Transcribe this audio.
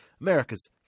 America's